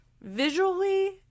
Visually